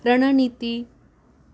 रणनीतिः